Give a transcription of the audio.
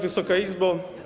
Wysoka Izbo!